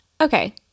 Okay